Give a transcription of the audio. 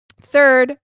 Third